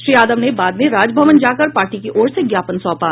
श्री यादव ने बाद में राजभवन जाकर पार्टी की ओर से ज्ञापन सौंपा